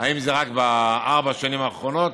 האם זה רק בארבע השנים האחרונות,